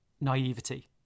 naivety